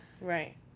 Right